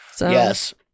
Yes